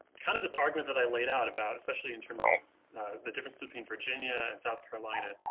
kind of this argument that i laid out about, especially in terms of the difference between virginia and south carolina.